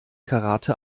karate